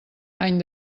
any